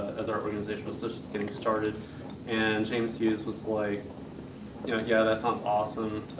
as our organization was just getting started and james hughes was like yeah, that sounds awesome,